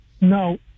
no